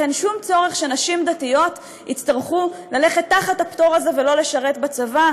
אין שום צורך שנשים דתיות יצטרכו ללכת תחת הפטור הזה ולא לשרת בצבא,